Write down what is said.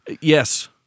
Yes